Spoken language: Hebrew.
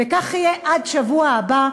וכך יהיה עד שבוע הבא,